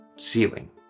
ceiling